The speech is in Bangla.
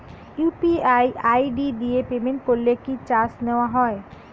ইউ.পি.আই আই.ডি দিয়ে পেমেন্ট করলে কি চার্জ নেয়া হয়?